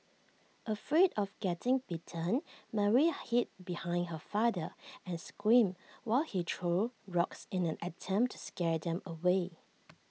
afraid of getting bitten Mary hid behind her father and screamed while he threw rocks in an attempt to scare them away